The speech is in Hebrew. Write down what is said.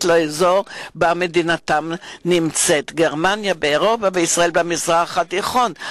לאזור שבו מדינתם נמצאת: גרמניה באירופה וישראל במזרח התיכון.